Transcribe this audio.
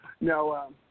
no